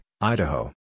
Idaho